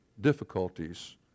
difficulties